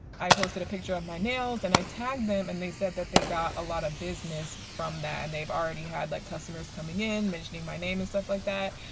i posted a picture of um my nails and i tagged them and they said that they got a lot of business from that. and they've already had like customers coming in, mentioning my name and stuff like that.